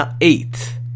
eight